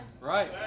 Right